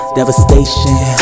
devastation